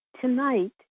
Tonight